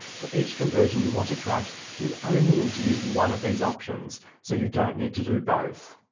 for each conversion you want to track, you only need to use one of these options. so you don't need to do both.